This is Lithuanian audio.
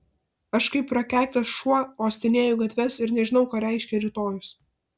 aš kaip prakeiktas šuo uostinėju gatves ir nežinau ką reiškia rytojus